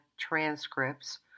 transcripts